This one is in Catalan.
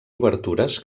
obertures